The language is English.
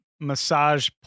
massage